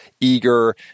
eager